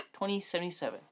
2077